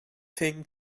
thing